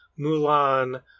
Mulan